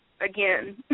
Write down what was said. again